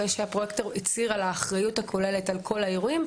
אחרי שהפרויקטור הצהיר על האחריות הכוללת על כל האירועים,